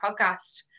podcast